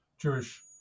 Jewish